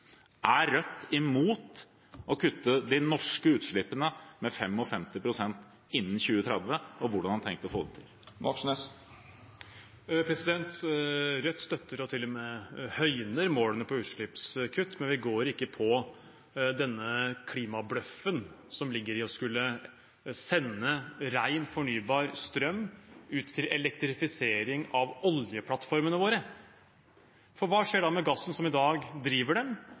Er Rødt imot å kutte de norske utslippene med 55 pst. innen 2030, eller hvordan har de tenkt å få det til? Rødt støtter og til og med høyner målene for utslippskutt, men vi går ikke på den klimabløffen som ligger i å skulle sende ren, fornybar strøm ut til elektrifisering av oljeplattformene våre. For hva skjer da med gassen som i dag driver dem?